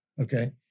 Okay